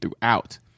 throughout